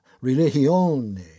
religione